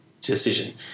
decision